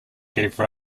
gave